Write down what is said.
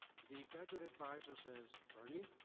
the graduate advisor says, bernie,